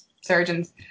surgeons